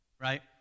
right